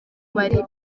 bari